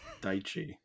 Daichi